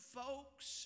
folks